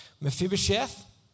Mephibosheth